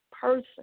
person